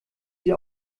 sie